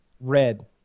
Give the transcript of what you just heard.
Red